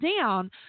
down